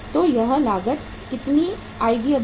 तो यह लागत इतनी आएगी अभी